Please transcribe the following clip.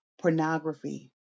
pornography